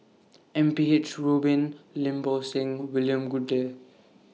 M P H Rubin Lim Bo Seng William Goode